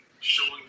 Showing